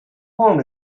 home